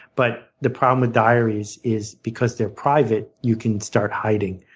but the problem with diaries is because they're private, you can start hiding.